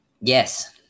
yes